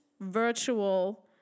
virtual